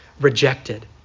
rejected